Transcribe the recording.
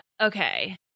okay